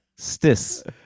Stis